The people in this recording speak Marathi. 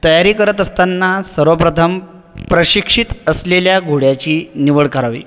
तयारी करत असताना सर्वप्रथम प्रशिक्षित असलेल्या घोड्याची निवड करावी